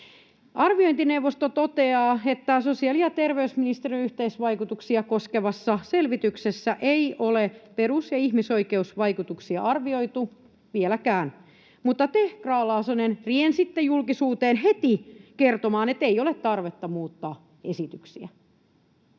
Arviointineuvosto toteaa, että sosiaali- ja terveysministeriön yhteisvaikutuksia koskevassa selvityksessä ei ole perus- ja ihmisoikeusvaikutuksia arvioitu vieläkään, mutta te, Grahn-Laasonen, riensitte julkisuuteen heti kertomaan, ettei ole tarvetta muuttaa esityksiä.